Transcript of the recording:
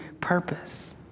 purpose